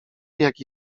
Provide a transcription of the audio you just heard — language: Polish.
jaki